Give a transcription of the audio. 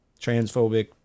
transphobic